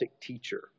teacher